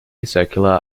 circular